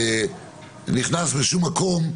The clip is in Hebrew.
נכנסה לשום מקום.